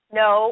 no